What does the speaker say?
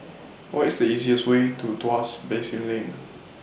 What IS The easiest Way to Tuas Basin Lane